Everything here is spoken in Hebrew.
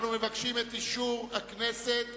אנחנו מבקשים את אישור הכנסת